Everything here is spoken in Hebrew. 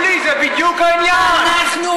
שולי, זה בדיוק העניין, מדרון חלקלק.